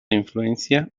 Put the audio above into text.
influencia